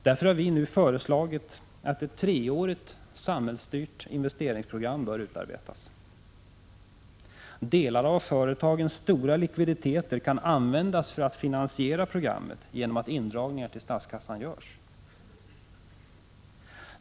Därför har vi nu föreslagit att ett treårigt samhällsstyrt investeringsprogram skall utarbetas. Delar av företagens stora likviditeter kan användas för att finansiera programmet genom att indragningar till statskassan görs.